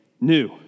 new